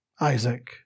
Isaac